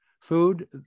food